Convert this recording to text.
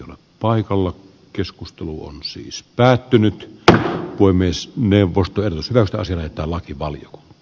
paikalla keskustelua siis päätynyt tyttö voi myös neuvostojen uskaltaisi vetää lakivalio j